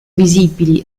visibili